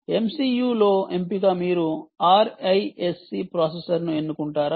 MCU లో ఎంపిక మీరు RISC ప్రాసెసర్ను ఎన్నుకుంటారా